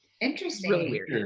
Interesting